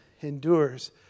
endures